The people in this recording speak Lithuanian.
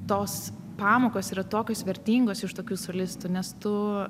tos pamokos yra tokios vertingos iš tokių solistų nes tu